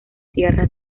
tierras